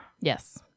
Yes